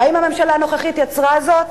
האם הממשלה הנוכחית יצרה זאת?